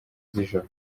z’ijoro